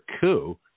coup